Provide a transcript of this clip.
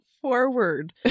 forward